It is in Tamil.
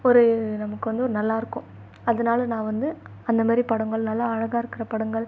ஒரு நமக்கு வந்து ஒரு நல்லா இருக்கும் அதனால் நான் வந்து அந்த மாதிரி படங்கள் நல்லா அழகாக இருக்கிற படங்கள்